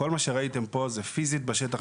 כל מה שראיתם פה הוא פיזית בשטח,